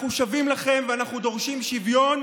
אנחנו שווים לכם ואנחנו דורשים שוויון,